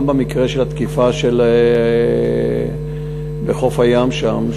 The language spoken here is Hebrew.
גם במקרה של התקיפה בחוף הים שם,